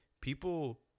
people